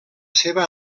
seva